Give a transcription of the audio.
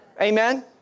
Amen